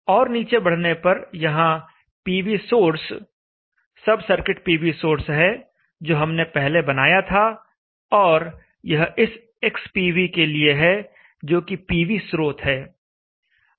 और नीचे बढ़ने पर यहां PV Source सब सर्किट पीवी सोर्स है जो हमने पहले बनाया था और यह इस xPV के लिए है जो कि पीवी स्रोत है